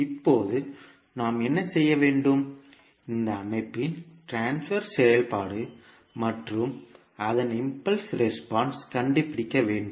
இப்போது நாம் என்ன செய்ய வேண்டும் இந்த அமைப்பின் ட்ரான்ஸ்பர் செயல்பாடு மற்றும் அதன் இம்பல்ஸ் ரெஸ்பான்ஸ் கண்டுபிடிக்க வேண்டும்